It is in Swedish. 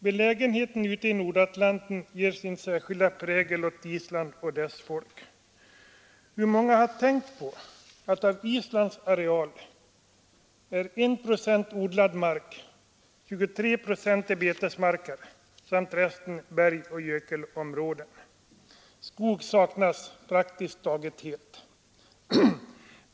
Belägenheten ute i Nordatlanten ger sin särskilda prägel åt Island och dess folk. Hur många har tänkt på att av Islands areal är I procent odlad mark, 23 procent betesmarker och resten bergsoch jökelområden? Skog saknas praktiskt taget helt.